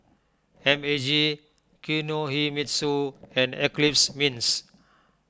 M A G Kinohimitsu and Eclipse Mints